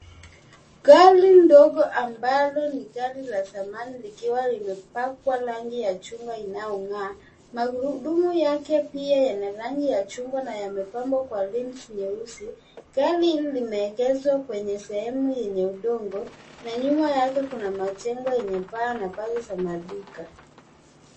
Gari dogo ambalo ni gari la zamani likiwa limepangwa rangi ya chungwa inayong'aa, magurudumu yake pia yana rangi ya chungwa na yamepambwa, rims nyeusi. Gari hili limeegeshwa kwenye sehemu yenye udongo, na nyuma yake kuna majengo yenye paa na pazo , za maduka.